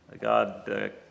God